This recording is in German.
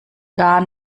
gar